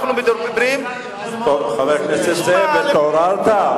חבר הכנסת זאב, התעוררת?